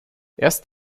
erst